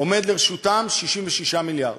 עומדים לרשותם 66 מיליארד.